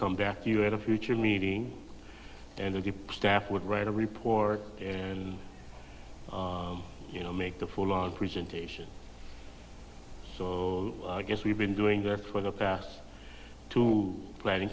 come back to you at a future meeting and the staff would write a report and you know make the full hour presentation so i guess we've been doing that for the past two planning